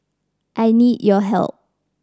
I need your help